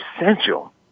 essential